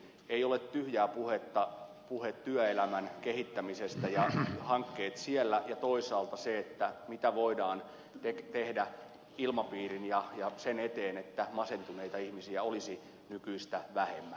ei ole tyhjää puhetta puhe työelämän kehittämisestä ja hankkeet siellä ja toisaalta se mitä voidaan tehdä ilmapiirin ja sen eteen että masentuneita ihmisiä olisi nykyistä vähemmän